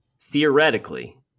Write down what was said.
theoretically